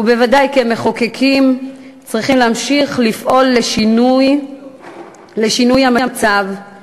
ובוודאי כמחוקקים אנחנו צריכים להמשיך לפעול לשינוי מצבם